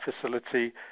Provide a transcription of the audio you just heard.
facility